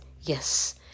yes